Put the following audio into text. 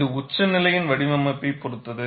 இது உச்சநிலையின் வடிவமைப்பைப் பொறுத்தது